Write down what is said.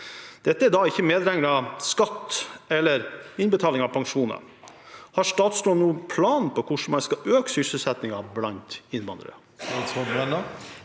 Det er ikke medregnet skatt eller innbetaling av pensjoner. Har statsråden noen plan for hvordan man skal øke sysselsettingen blant innvandrere?